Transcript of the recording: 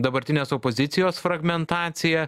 dabartinės opozicijos fragmentacija